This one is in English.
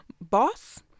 boss